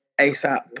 ASAP